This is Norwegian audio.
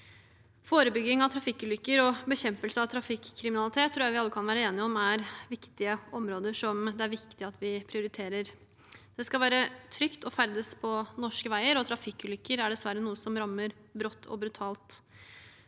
Forebygging av trafikkulykker og bekjempelse av trafikkriminalitet tror jeg vi alle kan være enige om er viktige områder som det er viktig at vi prioriterer. Det skal være trygt å ferdes på norske veier, og trafikkulykker er dessverre noe som rammer brått og brutalt.